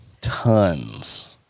tons